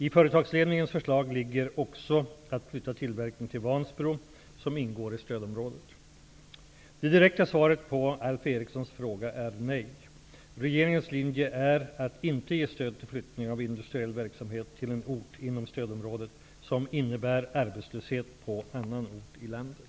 I företagsledningens förslag ligger också att flytta tillverkningen till Det direkta svaret på Alf Erikssons fråga är nej. Regeringens linje är att inte ge stöd till flyttning av industriell verksamhet till en ort inom stödområdet som innebär arbetslöshet på en annan ort i landet.